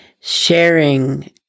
sharing